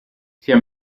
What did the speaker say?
sia